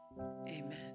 Amen